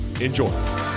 Enjoy